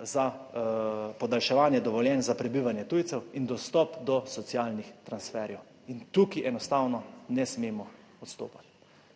za podaljševanje dovoljenj za prebivanje tujcev in dostop do socialnih transferjev in tukaj enostavno ne smemo odstopati.